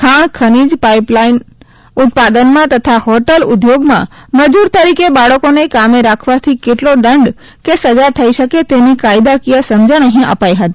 ખાણ ખનિજ પાઇપ ઉત્પાદનમાં તથા હોટલ ઉધોગમાં મજૂર તરીકે બાળકોને કામે રાખવાથી કેટલો દંડ કે સજા થઇ શકે તેની કાયદાકીય સમજણ અહીં અપાઇ હતી